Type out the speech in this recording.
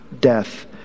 death